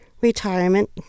Retirement